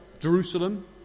Jerusalem